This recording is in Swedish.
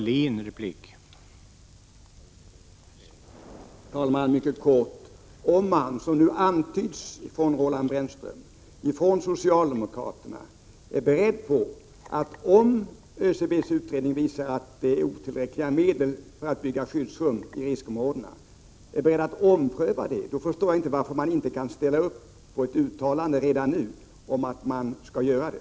Herr talman! Jag skall fatta mig mycket kort. Om socialdemokraterna, som nu antytts av Roland Brännström, är beredda att ompröva detta, såvida ÖCB:s utredning visar att medlen för att bygga skyddsrum i riskområdena är otillräckliga, förstår jag inte varför de inte kan ställa upp på ett uttalande redan nu om att de skall göra det.